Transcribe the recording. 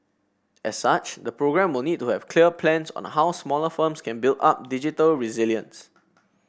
as such the programme will need to have clear plans on the how smaller firms can build up digital resilience